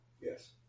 Yes